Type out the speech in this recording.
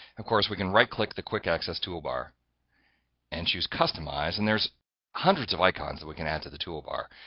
of course we can right click the quick access toolbar and choose customize, and there's hundreds of icons that we can add to the toolbar.